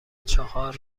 چهار